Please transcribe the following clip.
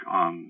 on